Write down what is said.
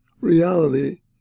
reality